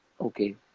okay